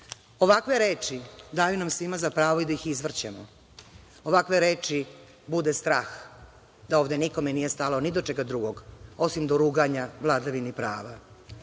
Ovakve reči daju nam svima za pravo i da ih izvrćemo, ovakve reči bude strah da ovde nikome nije stalo ni do čega drugog, osim do ruganja vladavini prava. Sada